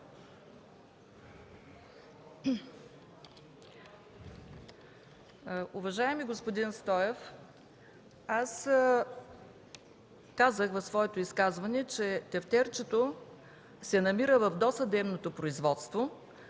Уважаеми господин Стоев, в своето изказване казах, че тефтерчето се намира в досъдебното производство